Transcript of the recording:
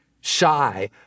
shy